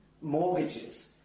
mortgages